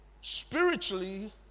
spiritually